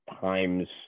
times